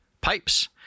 pipes